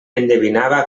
endevinava